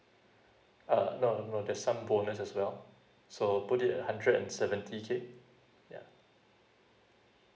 uh no no there's some bonus as well so put it at hundred and seventy K yeah